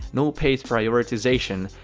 no paid prioritization,